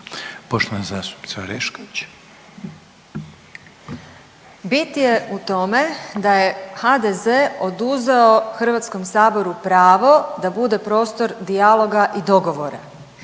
imenom i prezimenom)** Bit je u tome da je HDZ oduzeo Hrvatskom saboru pravo da bude prostor dijaloga i dogovora